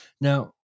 Now